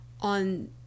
on